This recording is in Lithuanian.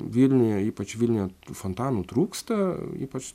vilniuje ypač vilniuje tų fontanų trūksta ypač